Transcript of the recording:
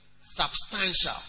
substantial